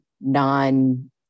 non